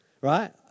Right